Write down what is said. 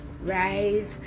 right